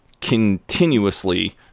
continuously